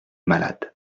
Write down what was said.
malade